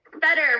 better